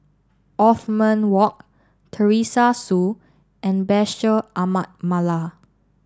Othman Wok Teresa Hsu and Bashir Ahmad Mallal